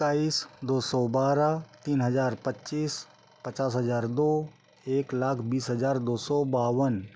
इक्कीस दो सौ बारह तीन हज़ार पच्चीस पचास हज़ार दो एक लाख बीस हज़ार दो सौ बावन